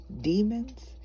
demons